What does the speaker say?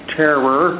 terror